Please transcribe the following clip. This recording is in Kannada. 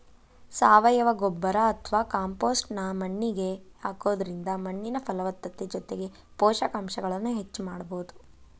ಸಾವಯವ ಗೊಬ್ಬರ ಅತ್ವಾ ಕಾಂಪೋಸ್ಟ್ ನ್ನ ಮಣ್ಣಿಗೆ ಹಾಕೋದ್ರಿಂದ ಮಣ್ಣಿನ ಫಲವತ್ತತೆ ಜೊತೆಗೆ ಪೋಷಕಾಂಶಗಳನ್ನ ಹೆಚ್ಚ ಮಾಡಬೋದು